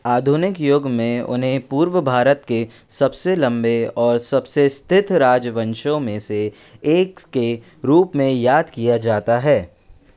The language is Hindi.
आधुनिक युग में उन्हें पूर्व भारत के सबसे लंबे और सबसे स्थिर राजवंशों में से एक के रूप में याद किया जाता है